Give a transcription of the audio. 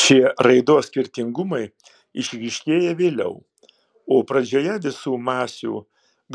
šie raidos skirtingumai išryškėja vėliau o pradžioje visų masių